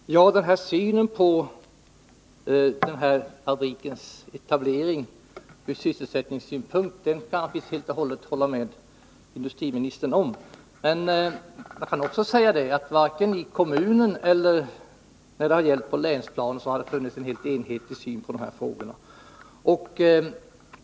Herr talman! Den här synen på fabrikens etablering ur sysselsättningssynpunkt kan jag helt hålla med industriministern om. Men jag kan också säga att varken i kommunen eller på länsplanet har det funnits en enhetlig syn på dessa frågor.